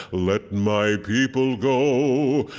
let my people go!